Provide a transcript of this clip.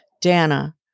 Dana